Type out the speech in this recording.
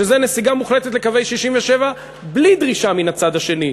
שזו נסיגה מוחלטת לקווי 67' בלי דרישה מן הצד השני,